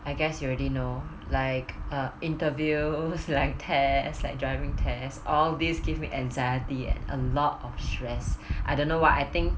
I guess you already know like a interview like test like driving test all this gives me anxiety and a lot of stress I don't know what I think